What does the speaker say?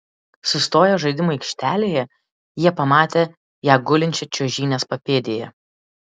sustoję žaidimų aikštelėje jie pamatė ją gulinčią čiuožynės papėdėje